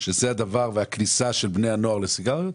שזה הדבר שגורם לכניסה של בני הנוער לסיגריות